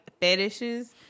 fetishes